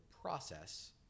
process